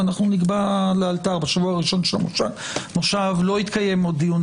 ואנחנו נקבע לאלתר בשבוע הראשון של המושב לא התקיים עוד דיון,